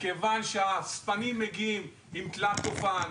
כיוון שהאספנים מגיעים עם תלת אופן,